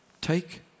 Take